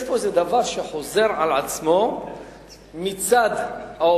יש פה איזה דבר שחוזר על עצמו מצד האופוזיציה.